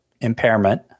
impairment